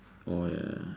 oh ya ya ya